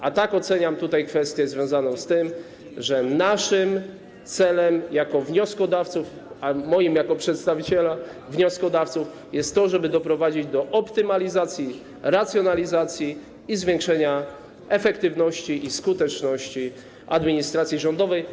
A tak oceniam kwestię związaną z tym, że naszym celem jako wnioskodawców, a moim jako przedstawiciela wnioskodawców jest to, żeby doprowadzić do optymalizacji, racjonalizacji i zwiększenia efektywności i skuteczności administracji rządowej.